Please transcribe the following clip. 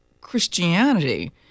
Christianity